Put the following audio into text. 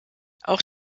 auch